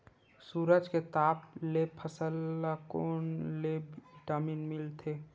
सूरज के ताप ले फसल ल कोन ले विटामिन मिल थे?